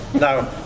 no